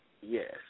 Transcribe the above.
Yes